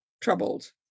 troubled